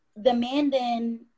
demanding